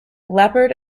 leopard